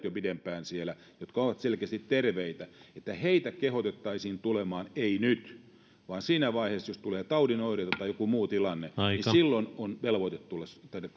jo pidempään siellä jotka ovat selkeästi terveitä kehotettaisiin tulemaan ei nyt vaan siinä vaiheessa jos tulee taudin oireita tai joku muu tilanne silloin on velvoite tulla